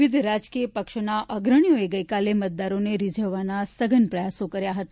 વિવિધ રાજકીય પક્ષોના અગ્રણીઓએ ગઇકાલે મતદારોને રીઝવવાના સઘન પ્રયાસો કર્યા હતા